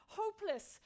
hopeless